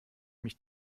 mich